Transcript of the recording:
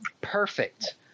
Perfect